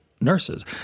nurses